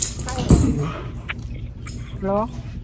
hello